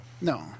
No